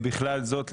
בכלל זאת,